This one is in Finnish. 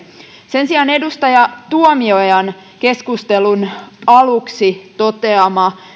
sen sijaan edustaja tuomiojan keskustelun aluksi toteama